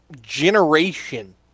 generation